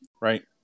right